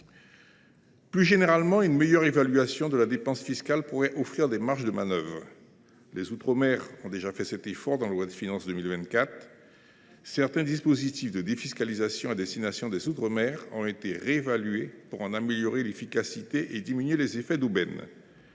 Plus généralement, une meilleure évaluation de la dépense fiscale pourrait offrir des marges de manœuvre. Les outre mer ont déjà fait cet effort dans la loi de finances pour 2024 : certains dispositifs de défiscalisation les concernant ont été réévalués pour en améliorer l’efficacité et en diminuer les effets d’aubaine.